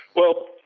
well,